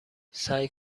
سعی